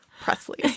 Presley